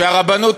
שהרבנות